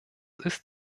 ist